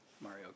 Mario